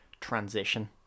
transition